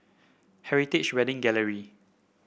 Heritage Wedding Gallery